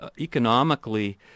economically